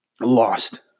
lost